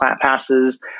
passes